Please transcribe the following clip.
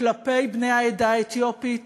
כלפי בני העדה האתיופית